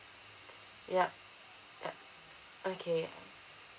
ya ya okay